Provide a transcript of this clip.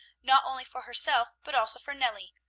not only for herself, but also for nellie,